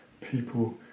people